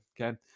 Okay